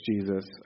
Jesus